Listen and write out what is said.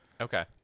Okay